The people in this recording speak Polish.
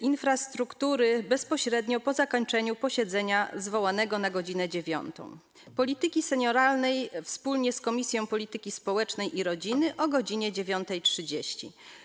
Infrastruktury - bezpośrednio po zakończeniu posiedzenia zwołanego na godz. 9, - Polityki Senioralnej wspólnie z Komisją Polityki Społecznej i Rodziny - godz. 9.30,